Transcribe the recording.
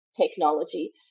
technology